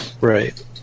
Right